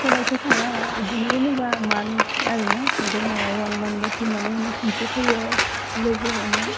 हदायथ' थाङा बिदिनो जेनेबा मान्थ आरो ना बिदिनो अवान मान्थ टु मान्थनि उनाव खनसे फैयो लोगो हमो